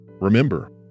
Remember